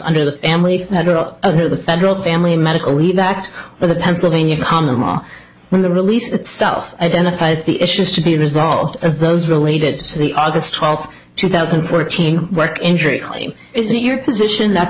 under the family that are out under the federal family medical leave act or the pennsylvania common law when the release itself identifies the issues to be resolved as those related to the august twelfth two thousand and fourteen work injury claim it is your position that